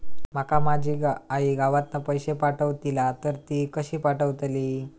माका माझी आई गावातना पैसे पाठवतीला तर ती कशी पाठवतली?